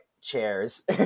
chairs